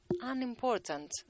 unimportant